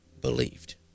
believed